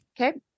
Okay